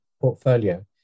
portfolio